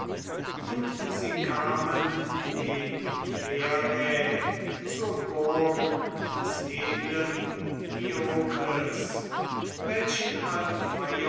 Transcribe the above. und sie kamen gen pherai zur burg des edlen diokles welchen